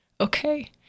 Okay